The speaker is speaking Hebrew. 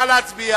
נא להצביע